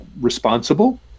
responsible